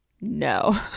no